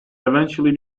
eventually